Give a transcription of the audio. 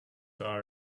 are